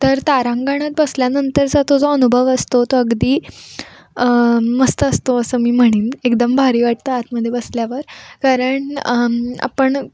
तर तारांगणात बसल्यानंतरचा तो जो अनुभव असतो तो अगदी मस्त असतो असं मी म्हणेन एकदम भारी वाटतं आतमध्ये बसल्यावर कारण आपण